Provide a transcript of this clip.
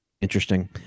Interesting